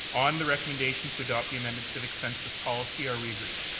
on the recommendation to adopt the amended civic census policy are we agreed?